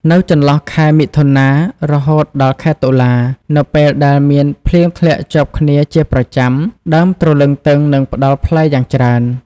នៅចន្លោះខែ មិថុនា រហូតដល់ខែតុលា នៅពេលដែលមានភ្លៀងធ្លាក់ជាប់គ្នាជាប្រចាំ ដើមទ្រលឹងទឹងនឹងផ្ដល់ផ្លែយ៉ាងច្រើន។